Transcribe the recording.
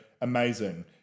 amazing